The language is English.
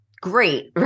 great